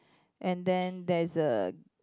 and then there's a